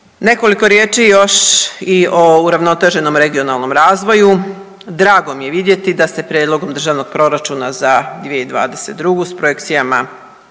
Nekoliko riječi još i o uravnoteženom regionalnom razvoju. Drago mi je vidjeti da se prijedlogom državnog proračuna za 2022. s projekcijama